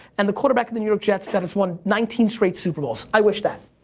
and the quarterback of the new york jets that has won nineteen straight super bowls. i wish that.